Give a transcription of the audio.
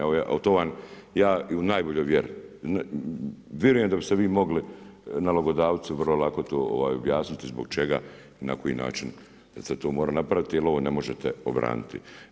Evo to vam ja i u najboljoj vjeri, vjerujem da biste vi mogli nalogodavcu vrlo lako to objasniti zbog čega i na koji način se to mora napraviti jer ovo ne možete obraniti.